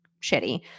shitty